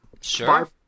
Sure